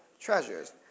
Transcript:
treasures